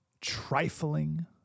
trifling